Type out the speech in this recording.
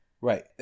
Right